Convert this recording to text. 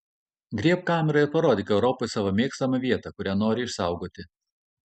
griebk kamerą ir parodyk europai savo mėgstamą vietą kurią nori išsaugoti